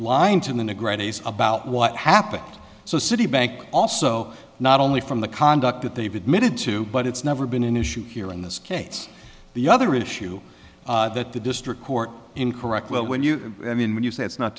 grannies about what happened so citibank also not only from the conduct that they've admitted to but it's never been an issue here in this case the other issue that the district court in correct well when you i mean when you say it's not